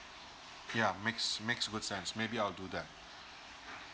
ya makes makes good sense maybe I'll do that